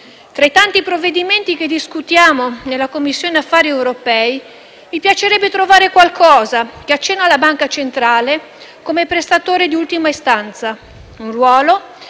Tra i tanti provvedimenti che discutiamo nella Commissione affari europei, mi piacerebbe trovare qualcosa che accenna alla Banca centrale come prestatore di ultima istanza, ruolo